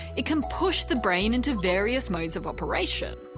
it can push the brain into various modes of operation.